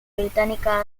británica